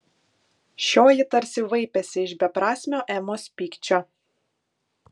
šioji tarsi vaipėsi iš beprasmio emos pykčio